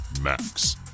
Max